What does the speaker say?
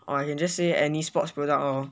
or I can just say any sports product lor